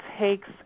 takes